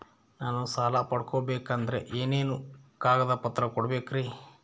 ನಾನು ಸಾಲ ಪಡಕೋಬೇಕಂದರೆ ಏನೇನು ಕಾಗದ ಪತ್ರ ಕೋಡಬೇಕ್ರಿ?